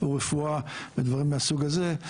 רפואה ודברים מהסוג הזה,